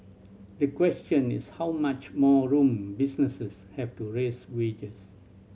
the question is how much more room businesses have to raise wages